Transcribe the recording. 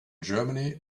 germany